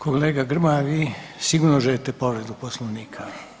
Kolega Grmoja vi sigurno želite povredu Poslovnika?